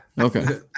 Okay